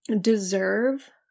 deserve